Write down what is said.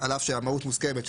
על אף שהמהות מוסכמת.